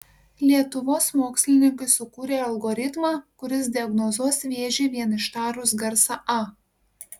lietuvos mokslininkai sukūrė algoritmą kuris diagnozuos vėžį vien ištarus garsą a